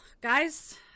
guys –